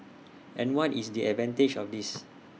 and what is the advantage of this